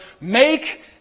Make